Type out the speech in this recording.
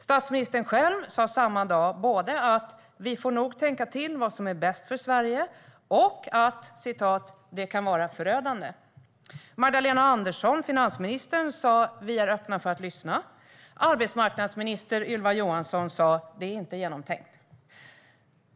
Statsministern själv sa samma dag både att vi nog får tänka till om vad som är bäst för Sverige och att det här kan vara förödande. Finansminister Magdalena Andersson sa att regeringen är öppen för att lyssna. Arbetsmarknadsminister Ylva Johansson sa att detta inte är genomtänkt.